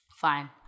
Fine